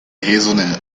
hazelnut